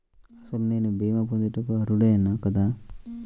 అసలు నేను భీమా పొందుటకు అర్హుడన కాదా?